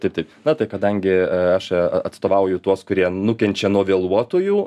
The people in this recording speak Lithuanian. taip taip na tai kadangi aš atstovauju tuos kurie nukenčia nuo vėluotojų